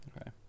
Okay